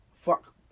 fuck